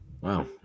Wow